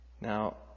Now